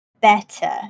better